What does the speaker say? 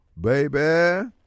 baby